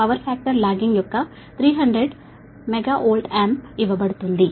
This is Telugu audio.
8 పవర్ ఫాక్టర్ లాగింగ్ యొక్క 300 MVA ఇవ్వబడుతుంది